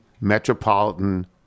metropolitan